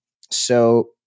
So-